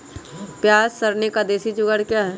प्याज रखने का देसी जुगाड़ क्या है?